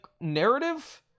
narrative